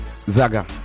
Zaga